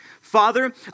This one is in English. Father